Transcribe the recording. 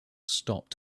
stopped